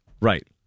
Right